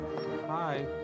Hi